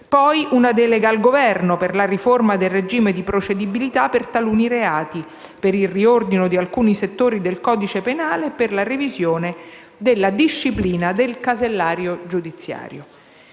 una delega al Governo per la riforma del regime di procedibilità per taluni reati, per il riordino di alcuni settori del codice penale e per la revisione della disciplina del casellario giudiziale.